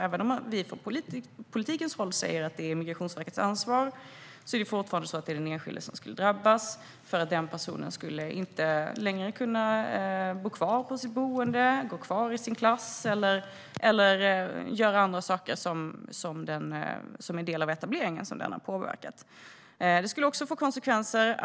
Även om vi från politikens håll säger att det är Migrationsverkets ansvar kommer den enskilde att drabbas eftersom personen i fråga inte skulle kunna bo kvar på sitt boende, gå kvar i sin klass eller göra annat som är en del av en påbörjad etablering.